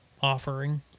offering